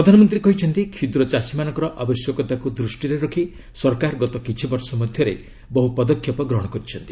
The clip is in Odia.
ପ୍ରଧାନମନ୍ତ୍ରୀ କହିଛନ୍ତି କ୍ଷୁଦ୍ର ଚାଷୀମାନଙ୍କର ଆବଶ୍ୟକତାକୁ ଦୃଷ୍ଟିରେ ରଖି ସରକାର ଗତ କିଛିବର୍ଷ ମଧ୍ୟରେ ବହ୍ର ପଦକ୍ଷେପ ଗ୍ରହଣ କରିଛନ୍ତି